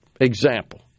example